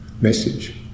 message